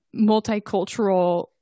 multicultural